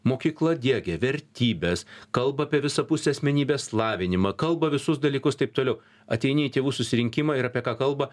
mokykla diegia vertybes kalba apie visapusį asmenybės lavinimą kalba visus dalykus taip toliau ateini į tėvų susirinkimą ir apie ką kalba